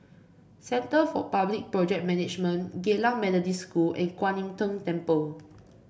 Centre for Public Project Management Geylang Methodist School and Kwan Im Tng Temple